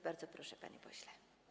Bardzo proszę, panie pośle.